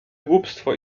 głupstwo